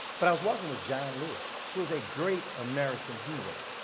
but i was working with john lewis who is a great american hero,